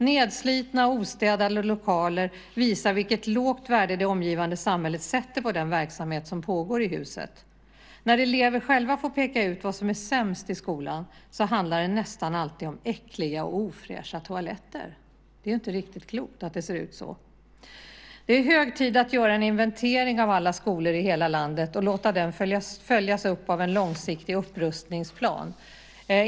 Nedslitna och ostädade lokaler visar vilket lågt värde det omgivande samhället sätter på den verksamhet som pågår i huset. När elever själva får peka ut vad som är sämst i skolan handlar det nästan alltid om äckliga och ofräscha toaletter. Det är ju inte klokt att det får se ut så! Det är hög tid att göra en inventering av alla skolor i hela landet och låta den följas upp av en långsiktig upprustningsplan.